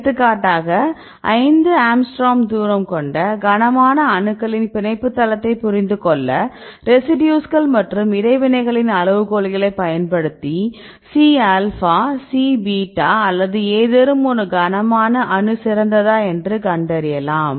எடுத்துக்காட்டாக 5 ஆங்ஸ்ட்ரோம் தூரம் கொண்ட கனமான அணுக்களின் பிணைப்பு தளத்தைப் புரிந்துகொள்ள ரெசிடியூஸ்கள் மற்றும் இடைவினைகளின் அளவுகோல்களைப் பயன்படுத்தி C ஆல்ஃபா C பீட்டா அல்லது ஏதேனும் ஒரு கனமான அணு சிறந்ததா என்று கண்டறியலாம்